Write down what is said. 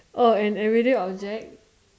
oh an everyday object